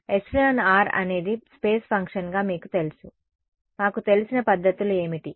εr అనేది స్పేస్ ఫంక్షన్గా మీకు తెలుసు మాకు తెలిసిన పద్ధతులు ఏమిటి